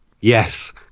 Yes